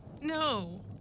No